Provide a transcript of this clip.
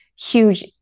huge